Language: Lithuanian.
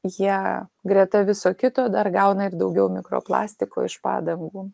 jie greta viso kito dar gauna ir daugiau mikroplastiko iš padangų